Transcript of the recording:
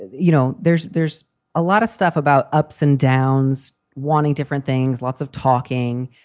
you know, there's there's a lot of stuff about ups and downs wanting different things, lots of talking,